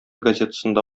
газетасында